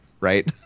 right